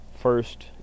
first